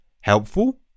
Helpful